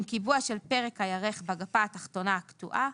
קיבוע של פרק הירך בגפה התחתונה הקטועה.